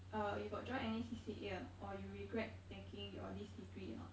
uh you got join any C_C_A or not or you regret taking your this degree or not